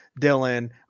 Dylan